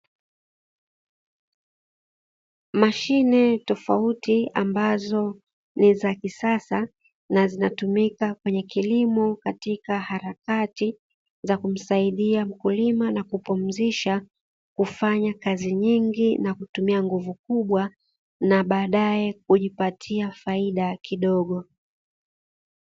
Mashine tofauti ambazo ni za kisasa, na zinatumika kwenye kilimo katika harakati za kumsaidia mkulima na kumpumzisha, kufanya kazi nyingi, na kutumia nguvu kubwa na badae kujipatia faida kidogo.